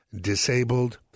disabled